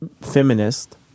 feminist